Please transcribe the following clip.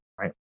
right